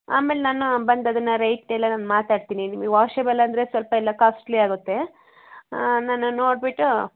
ಆಮೇಲೆ ನಾನು ಬಂದು ಅದನ್ನು ರೇಟ್ ಎಲ್ಲ ನಾನು ಮಾತಾಡ್ತೀನಿ ನಿಮಗ್ ವಾಷೆಬಲ್ ಅಂದರೆ ಸ್ವಲ್ಪ ಎಲ್ಲ ಕಾಸ್ಟ್ಲಿ ಆಗುತ್ತೆ ನಾನು ನೋಡಿಬಿಟ್ಟು